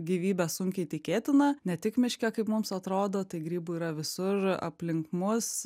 gyvybė sunkiai tikėtina ne tik miške kaip mums atrodo tai grybų yra visur aplink mus